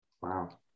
Wow